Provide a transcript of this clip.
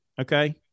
Okay